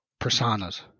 personas